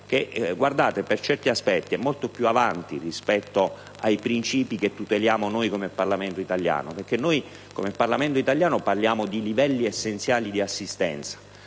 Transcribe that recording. che per certi aspetti è molto più avanti rispetto ai principi che tuteliamo noi come Parlamento italiano. Noi parliamo, infatti, di livelli essenziali di assistenza;